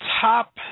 top